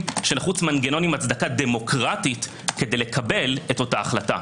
שנחוץ מנגנון עם הצדקה דמוקרטית כדי לקבל את אותה החלטה.